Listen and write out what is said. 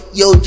yo